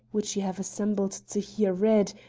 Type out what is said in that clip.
which you have assembled to hear read,